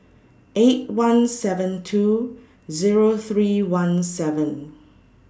eight one seven two Zero three one seven